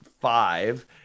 five